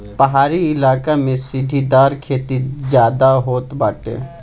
पहाड़ी इलाका में सीढ़ीदार खेती ज्यादा होत बाटे